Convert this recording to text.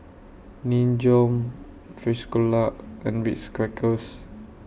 Nin Jiom Frisolac and Ritz Crackers